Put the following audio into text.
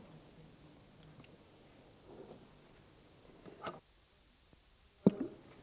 S april 1989